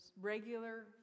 regular